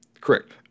Correct